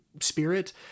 spirit